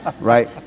Right